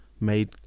made